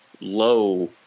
low